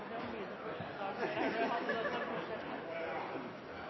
de videre